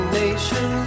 nation